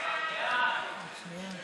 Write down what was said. להעביר את הצעת חוק ההוצאה לפועל (תיקון,